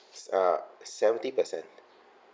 s~ uh seventy per cent